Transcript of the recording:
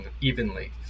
evenly